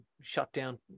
shutdown